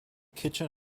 kitchen